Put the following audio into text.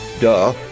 Duh